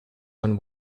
own